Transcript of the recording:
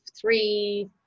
three